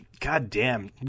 goddamn